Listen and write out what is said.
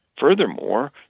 Furthermore